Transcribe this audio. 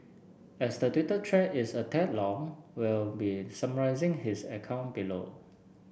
as the Twitter thread is a tad long we'll be summarising his account below